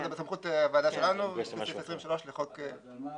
זה בסמכות הוועדה שלנו לפי סעיף 23 לחוק --- אז על מה